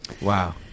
Wow